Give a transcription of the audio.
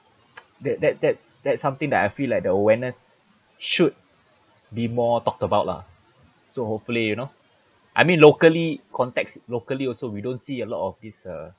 that that that's that's something that I feel like the awareness should be more talked about lah so hopefully you know I mean locally context locally also we don't see a lot of this uh